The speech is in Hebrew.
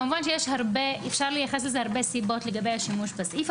כמובן שאפשר לייחס לזה הרבה סיבות לגבי השימוש בסעיף,